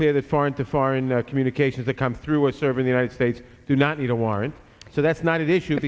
clear that foreign to foreign the communications that come through a serving united states do not need a warrant so that's not at issue